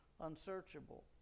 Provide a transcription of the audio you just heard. unsearchable